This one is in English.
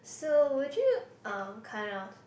so would you uh kind of